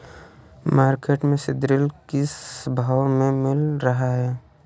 Market में सीद्रिल किस भाव में मिल रहा है?